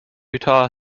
utah